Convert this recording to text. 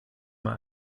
man